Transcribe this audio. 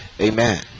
amen